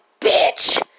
bitch